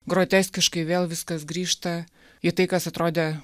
groteskiškai vėl viskas grįžta į tai kas atrodė